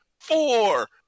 four